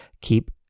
keep